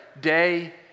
day